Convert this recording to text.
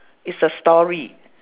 it's a story